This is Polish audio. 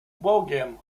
bogiem